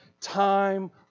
time